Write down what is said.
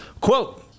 Quote